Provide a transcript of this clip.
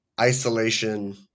isolation